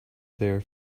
their